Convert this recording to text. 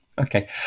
Okay